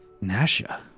Nasha